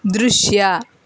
ದೃಶ್ಯ